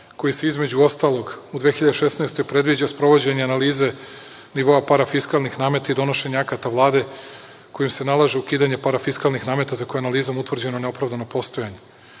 koji između ostalog u 2016. godini predviđa sprovođenje analize nivoa parafiskalnih nameta i donošenje akata Vlade, kojim se nalaže ukidanje parafiskalnih nameta, za koje je analizom utvrđeno neopravdano postojanje. Veliki